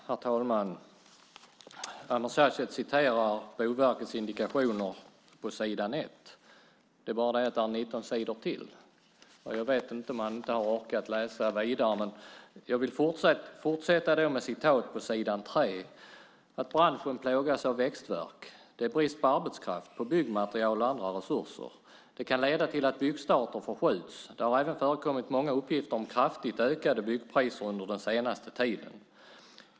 Herr talman! Ameer Sachet citerade ur Boverkets indikatorer på s. 1. Men det är 19 sidor till. Jag vet inte om han inte har orkat läsa vidare. Men jag vill citera från s. 3: "Men branschen plågas av växtvärk. Det är brist på arbetskraft, på byggmaterial och på andra resurser. Det kan leda till att byggstarter förskjuts. Det har även förekommit många uppgifter om kraftigt ökade byggpriser under den senaste tiden.